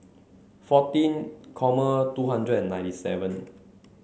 fourteen common two hundred and ninety seven